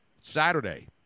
Saturday